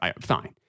Fine